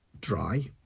dry